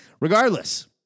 regardless